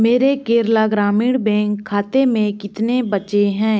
मेरे केरला ग्रामीण बैंक खाते में कितने बचे हैं